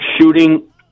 shooting